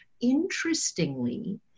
Interestingly